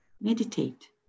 Meditate